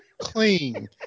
Clean